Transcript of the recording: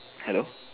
hello